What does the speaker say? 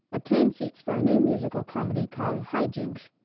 obtained seats for a new musical comedy called high jinks.